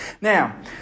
Now